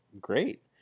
great